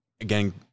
again